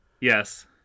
Yes